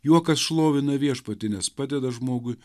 juokas šlovina viešpatį nes padeda žmogui